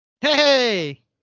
Hey